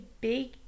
big